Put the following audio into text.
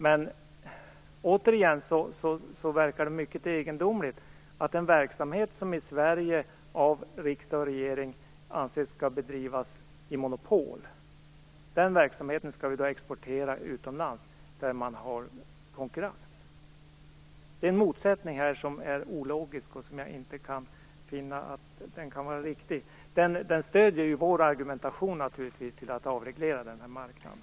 Men återigen tycker jag att det verkar mycket egendomligt att en verksamhet som riksdagen och regeringen anser skall bedrivas i monopol i Sverige skall exporteras utomlands där man har konkurrens. Det är en motsättning här som är ologisk och som jag inte finner vara riktig. Det stöder naturligtvis vår argumentation till att avreglera den här marknaden.